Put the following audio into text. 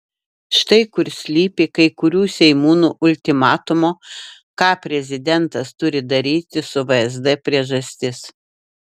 štai kur slypi kai kurių seimūnų ultimatumo ką prezidentas turi daryti su vsd priežastis